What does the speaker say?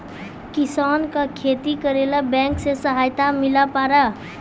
किसान का खेती करेला बैंक से सहायता मिला पारा?